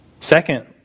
Second